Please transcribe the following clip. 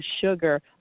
sugar